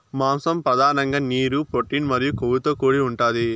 మాంసం పధానంగా నీరు, ప్రోటీన్ మరియు కొవ్వుతో కూడి ఉంటాది